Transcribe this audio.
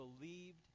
believed